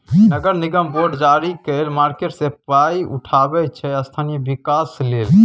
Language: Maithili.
नगर निगम बॉड जारी कए मार्केट सँ पाइ उठाबै छै स्थानीय बिकास लेल